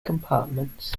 compartments